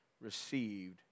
received